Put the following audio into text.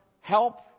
help